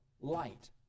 light